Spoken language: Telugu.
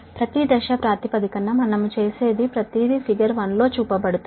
ప్రతి ఫేజ్ ప్రకారం మనం చేసే ప్రతిదీ ఫిగర్ 1 లో చూపబడుతుంది